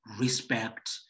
respect